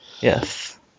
yes